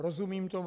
Rozumím tomu.